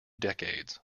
decades